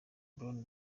brown